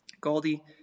Goldie